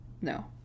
No